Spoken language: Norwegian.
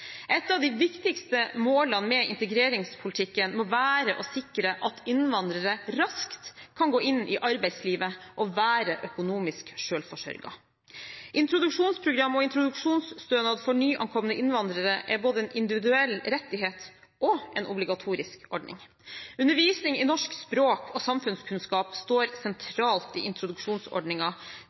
Et av de viktigste målene med integreringspolitikken må være å sikre at innvandrere raskt kan gå inn i arbeidslivet og være økonomisk selvforsørget. Introduksjonsprogram og introduksjonsstønad for nyankomne innvandrere er både en individuell rettighet og en obligatorisk ordning. Undervisning i norsk språk og samfunnskunnskap står sentralt i